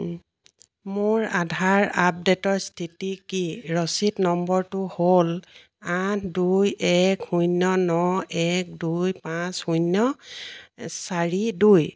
এ মোৰ আধাৰ আপডে'টৰ স্থিতি কি ৰচিদ নম্বৰটো হ'ল আঠ দুই এক শূন্য ন এক দুই পাঁচ শূন্য চাৰি দুই